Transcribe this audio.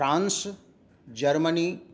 France Germany